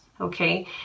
Okay